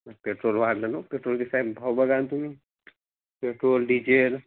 petrol वाढलं ना पेट्रोलची साहेब भाव बघा ना तुम्ही पेट्रोल डिजेल